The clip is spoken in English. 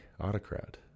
autocrat